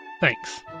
Thanks